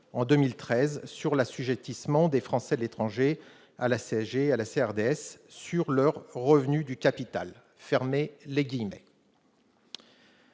en 2013 sur l'assujettissement des Français de l'étranger à la CSG et la CRDS sur leurs revenus du capital ».